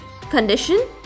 condition